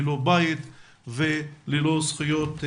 ללא בית וללא זכויות בסיסיות.